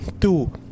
two